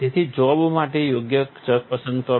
તેથી જોબ માટે યોગ્ય ચક પસંદ કરો